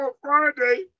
Friday